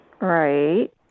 Right